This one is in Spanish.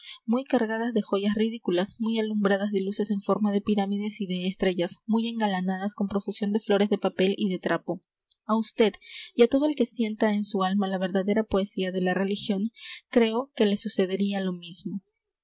muy cargadas de joyas ridículas muy alumbradas de luces en forma de pirámides y de estrellas muy engalanadas con profusión de flores de papel y de trapo á usted y á todo el que sienta en su alma la verdadera poesía de la religión creo que le sucedería lo mismo